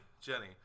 Jenny